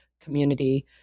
community